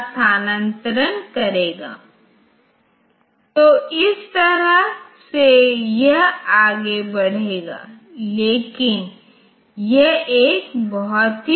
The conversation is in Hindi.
तो यह पूरी चीज स्थानांतरित हो गई है और मैं देखता हूं कि रजिस्टरजो स्रोत रजिस्टर है जिसमें 4शुरुआत मे थाअब नहीं है और ना ही 0 है